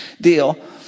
deal